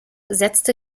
setzte